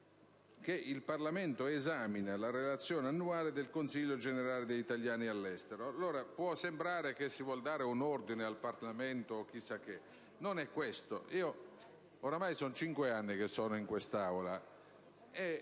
che il Parlamento esamini la relazione annuale del Consiglio generale degli italiani all'estero. Può sembrare che si voglia dare un ordine al Parlamento o chissà cosa; non è così. Oramai sono cinque anni che sono in quest'Aula